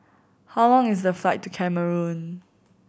how long is the flight to Cameroon